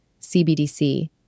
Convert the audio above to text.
CBDC